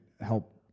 help